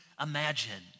imagined